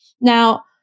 Now